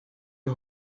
who